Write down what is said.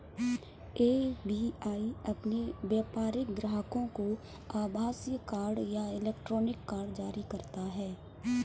SBI अपने व्यापारिक ग्राहकों को आभासीय कार्ड या इलेक्ट्रॉनिक कार्ड जारी करता है